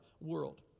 world